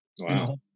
Wow